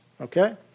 okay